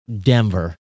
Denver